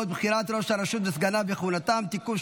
(בחירת ראש הרשות וסגניו וכהונתם) (תיקון,